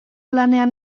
lanean